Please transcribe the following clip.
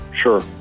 Sure